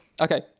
Okay